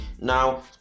Now